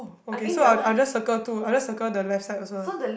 orh okay so I'll I'll just circle two I'll just circle the left side also